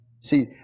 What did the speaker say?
See